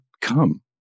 come